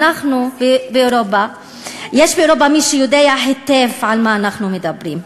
יש באירופה מי שיודע היטב על מה אנחנו מדברים.